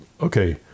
okay